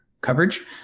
coverage